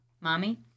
Mommy